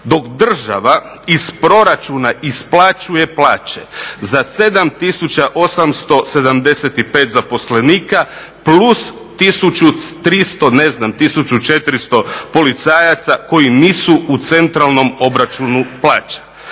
Dok država iz proračuna isplaćuje plaće za 7875 zaposlenika plus 1300, ne znam 1400 policajaca koji nisu u centralnom obračunu plaća.